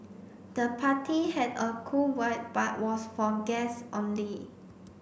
the party had a cool vibe but was for guests only